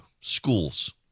Schools